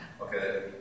Okay